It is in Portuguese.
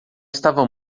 estava